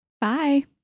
Bye